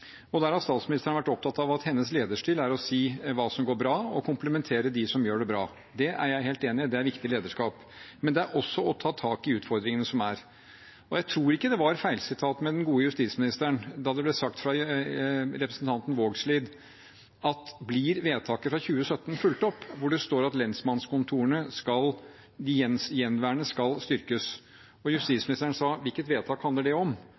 Der har statsministeren vært opptatt av at hennes lederstil er å si hva som går bra, og komplimentere dem som gjør det bra. Det er jeg helt enig i, og det er riktig lederskap, men lederskap er også å ta tak i utfordringene. Jeg tror ikke det var feilsitat av den gode justisministeren da representanten Vågslid spurte om vedtaket fra 2017, hvor det står at de gjenværende lensmannskontorene skal styrkes, ble fulgt opp, og justisministeren sa: Hvilket vedtak handler det om?